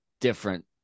different